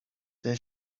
then